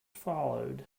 followed